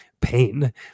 pain